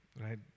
right